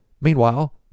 Meanwhile